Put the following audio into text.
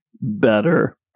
Better